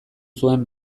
zuen